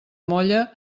molla